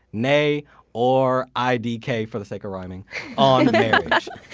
nay or idk for the sake of rhyming on like but